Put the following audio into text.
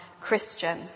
Christian